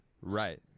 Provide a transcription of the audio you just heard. Right